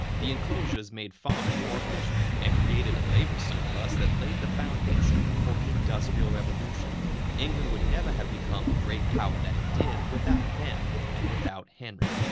the enclosures made farming more efficient, and created a labor surplus that laid the foundation for the industrial revolution england would never have become the great power that it did without them and without henry.